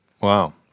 Wow